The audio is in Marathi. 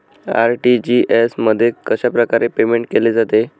आर.टी.जी.एस मध्ये कशाप्रकारे पेमेंट केले जाते?